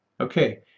okay